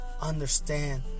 Understand